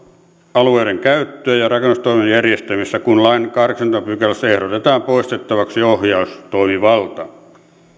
alueidenkäyttöä ja rakennustoimen järjestämistä kun lain kahdeksannessakymmenennessä pykälässä ehdotetaan poistettavaksi ohjaustoimivalta